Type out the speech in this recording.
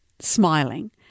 smiling